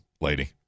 lady